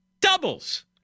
doubles